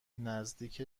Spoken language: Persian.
نزدیک